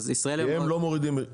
כי הם לא מורידים.